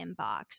inbox